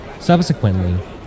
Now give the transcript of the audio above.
Subsequently